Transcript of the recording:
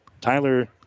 Tyler